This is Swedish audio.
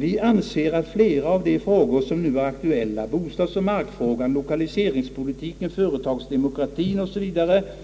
Vi anser att flera av de frågor som nu är aktuella — bostadsoch markfrågan, lokaliseringspolitiken, företagsdemokratin